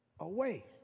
away